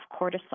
cortisol